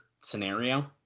scenario